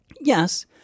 Yes